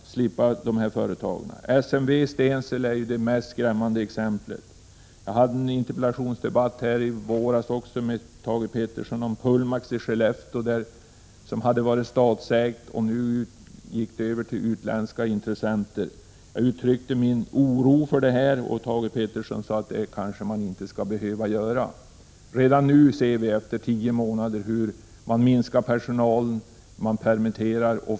SMV i Stensele är det mest skrämmande exemplet. Jag hade en interpellationsdebatt i våras med Thage Peterson om Pullmax i Skellefteå, som hade varit statsägt och gick över till utländska intressenter. Jag uttryckte min oro för detta, och Thage Peterson sade att man inte skulle behöva vara orolig. Redan nu, efter tio månader, ser vi emellertid hur man minskar personalen och permitterar.